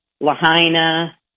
Lahaina